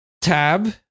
tab